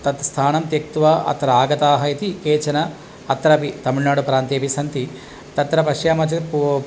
तत्स्थानन्त्यक्त्वा अत्र आगताः इति केचन अत्रापि तमिल्नाडु प्रान्तेपि सन्ति तत्र पश्यामः चेत्